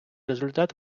результат